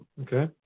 Okay